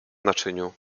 naczyniu